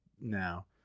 now